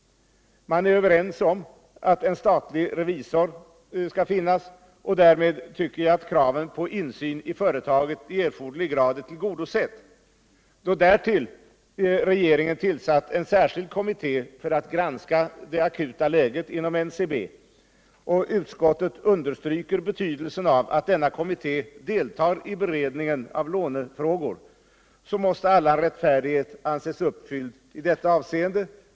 Man är överens om att en statlig revisor skall finnas, och därmed tycker jag att kravet på insyn i företaget i erforderlig grad är tillgodosett. Då därtill regeringen tillsatt en särskild kommitté för att granska det akuta läget inom NCB och utskottet understryker betydelsen av att denna kommitté deltar i beredningen av lånefrågor, måste allan rättfärdighet anses uppfylld i detta avseende.